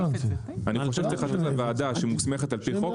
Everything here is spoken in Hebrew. אני חושב שזה תפקיד הוועדה שמוסמכת על פי חוק,